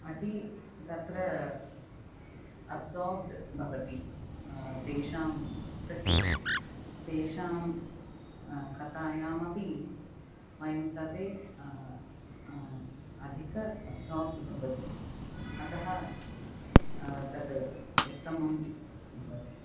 अति तत्र अब्सार्ब्ड् भवति तेषां पुस्तके तेषां कथायामपि वयं सर्वे अधिकम् अब्सार्ब्ड् भवति अतः तत् उत्तमं भवति